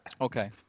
Okay